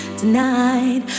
tonight